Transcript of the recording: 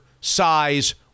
size